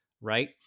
right